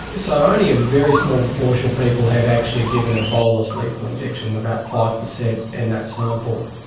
so only a very small proportion of people have actually given a bolus lethal injection, about five percent in that sample.